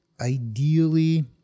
ideally